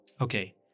okay